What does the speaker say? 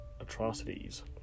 atrocities